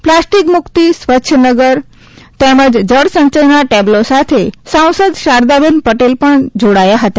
plastic મુકિત સ્વચ્છનગર તેમજ જળ સંયયના ટેબલો સાથે સાંસદ શારદાબેન પટેલ પણ સાથે જાડાયા હતા